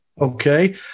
Okay